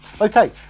Okay